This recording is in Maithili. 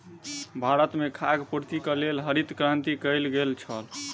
भारत में खाद्य पूर्तिक लेल हरित क्रांति कयल गेल छल